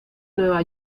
nueva